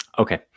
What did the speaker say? Okay